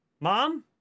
Mom